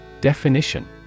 Definition